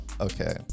Okay